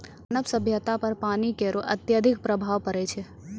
मानव सभ्यता पर पानी केरो अत्यधिक प्रभाव पड़ै छै